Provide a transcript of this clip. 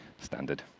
Standard